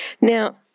Now